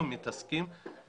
--- אתם לא מתעסקים בלאום?